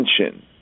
attention